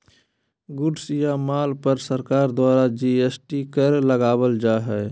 goods या माल पर सरकार द्वारा जी.एस.टी कर लगावल जा हय